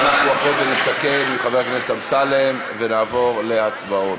ואחרי זה יסכם חבר הכנסת אמסלם ונעבור להצבעות.